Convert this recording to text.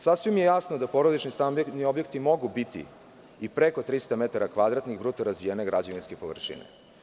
Sasvim je jasno da porodični stambeni objekti mogu biti i preko 300 metara kvadratnih bruto razvijene građevinske površine.